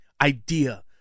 idea